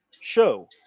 show